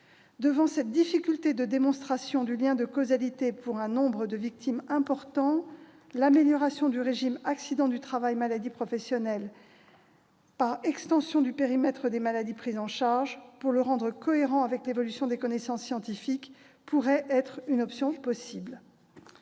Devant cette difficulté de démonstration du lien de causalité pour un nombre de victimes important, l'amélioration du régime accidents du travail-maladies professionnelles (AT-MP) par extension du périmètre des maladies prises en charge, pour le rendre cohérent avec l'évolution des connaissances scientifiques, pourrait être une option possible.